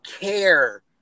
care